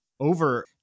over